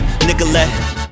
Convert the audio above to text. Nicolette